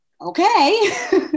Okay